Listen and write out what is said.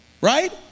right